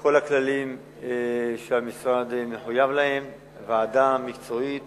כל הכללים שהמשרד מחויב להם: ועדה מקצועית